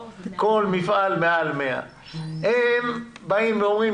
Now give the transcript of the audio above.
כל מפעל מעל 100. הם באים ואומרים